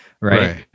right